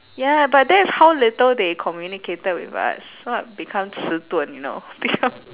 ya but that's how little they communicated with us so I become 迟钝 you know become